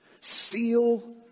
seal